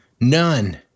None